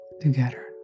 together